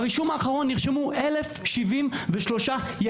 ברישום האחרון נרשמו 1073 ילדים.